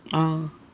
ah